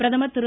பிரதமர் திரு